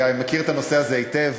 והוא מכיר את הנושא הזה היטב.